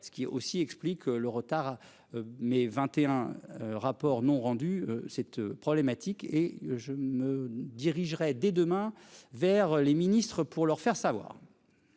ce qui est aussi, explique le retard. Mais 21. Rapport non rendu cette problématique et je me dirigerai dès demain vers les ministres, pour leur faire savoir.